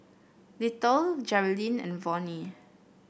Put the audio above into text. Little Jerilyn and Vonnie